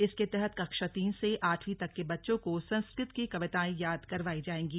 इसके तहत कक्षा तीन से आठवीं तक के बच्चों को संस्कृत की कविताएं याद करवाई जाएंगी